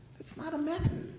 it's not a method.